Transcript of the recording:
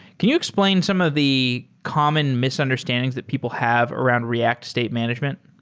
can you explain some of the common misunderstandings that people have around react state management?